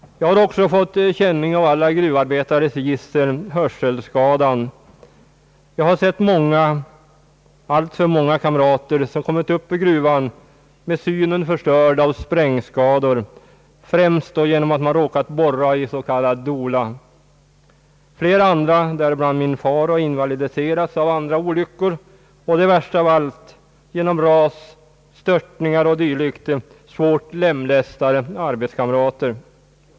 Jag har också fått känning av alla gruvarbetares gissel — hörselskadorna. Jag har sett många, alltför många, kamrater som kommit upp ur gruvan med synen förstörd av sprängskador, främst då genom att man råkat borra i en s.k. dola. Flera andra, däribland min far, har invalidiserats av andra olyckor och, det värsta av allt, genom ras, störtningar o. d. svårt lemlästats.